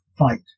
Fight